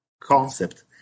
concept